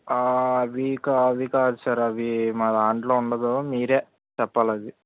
అవి కాదు అవి కాదు సార్ అవి మా దాంట్లో ఉండదు మీరు చెప్పాలది